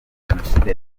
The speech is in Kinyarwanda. jenoside